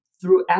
Throughout